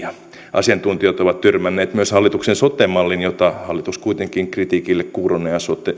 asiantuntijat ovat tyrmänneet myös hallituksen sote mallin jota hallitus kuitenkin kritiikille kuurona ja sokeana